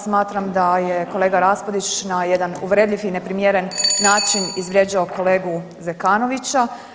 Smatram da je kolega Raspudić na jedan uvredljiv i neprimjeren način izvrijeđao kolegu Zekanovića.